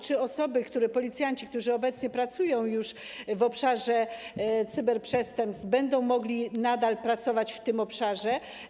Czy osoby, policjanci, którzy obecnie już pracują w obszarze cyberprzestępstw, będą mogli nadal pracować w tym obszarze?